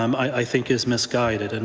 um i think is misguided. and